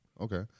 Okay